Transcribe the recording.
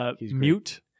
Mute